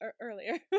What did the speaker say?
earlier